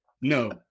No